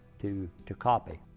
to to copy.